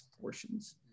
portions